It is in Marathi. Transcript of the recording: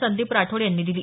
संदीप राठोड यांनी दिली